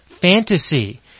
fantasy